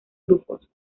grupos